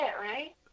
right